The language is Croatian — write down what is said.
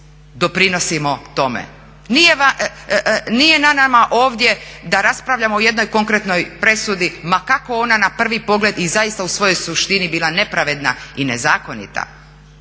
Nije na nama ovdje da raspravljamo o jednoj konkretnoj presudi ma kako ona na prvi pogled i zaista u svojoj suštini bila nepravedna i nezakonita,